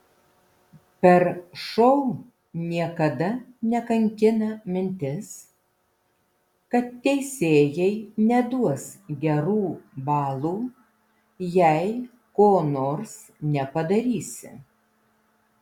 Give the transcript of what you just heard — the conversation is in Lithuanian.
per šou niekada nekankina mintis kad teisėjai neduos gerų balų jei ko nors nepadarysi